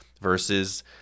versus